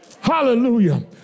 hallelujah